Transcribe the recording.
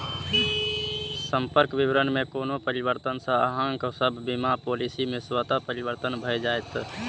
संपर्क विवरण मे कोनो परिवर्तन सं अहांक सभ बीमा पॉलिसी मे स्वतः परिवर्तन भए जाएत